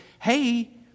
hey